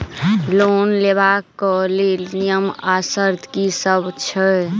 Loan लेबऽ कऽ लेल नियम आ शर्त की सब छई?